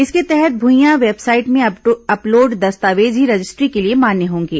इसके तहत भुईया वेबसाइट में अपलोड दस्तावेज ही रजिस्ट्री के लिए मान्य होंगे